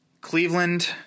Cleveland